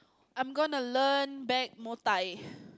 I'm gonna learn back Muay-Thai